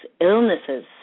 illnesses